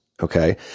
okay